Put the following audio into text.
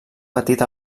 patit